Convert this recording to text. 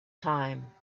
time